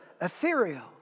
ethereal